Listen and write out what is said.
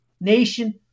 nation